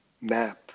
map